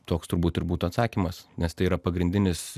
toks turbūt ir būtų atsakymas nes tai yra pagrindinis